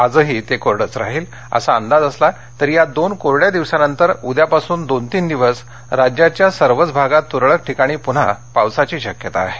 आजही ते कोरडंच राहील असा अंदाज असला तरी तरी या दोन कोरङ्या दिवसांनंतर उद्यापासून दोन तिन दिवस राज्याच्या सर्वच भागात तुरळक ठिकाणी पुन्हा पावसाची शक्यता आहे